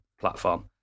platform